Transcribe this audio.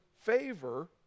favor